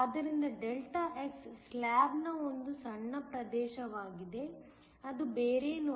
ಆದ್ದರಿಂದ Δx ಸ್ಲ್ಯಾಬ್ನ ಒಂದು ಸಣ್ಣ ಪ್ರದೇಶವಾಗಿದೆ ಅದು ಬೇರೇನೂ ಅಲ್ಲ 1AΔx